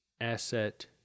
asset